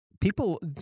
People –